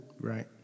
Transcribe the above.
Right